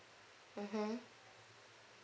mmhmm